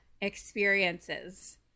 experiences